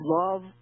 love